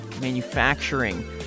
manufacturing